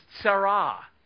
Sarah